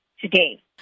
today